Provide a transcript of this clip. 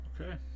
okay